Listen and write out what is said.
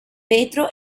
vetro